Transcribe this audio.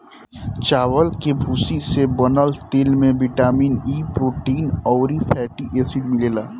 चावल के भूसी से बनल तेल में बिटामिन इ, प्रोटीन अउरी फैटी एसिड मिलेला